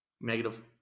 Negative